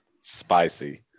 Spicy